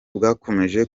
bwakomeje